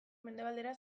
mendebaldera